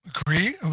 Agree